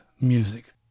music